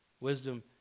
Wisdom